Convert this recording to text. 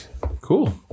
cool